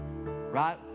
right